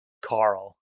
Carl